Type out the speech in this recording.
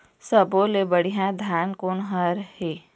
सब्बो ले बढ़िया धान कोन हर हे?